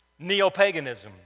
Neopaganism